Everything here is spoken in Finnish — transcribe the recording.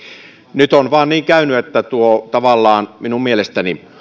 nyt on vain käynyt niin että tavallaan hallituksessa minun mielestäni